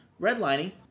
Redlining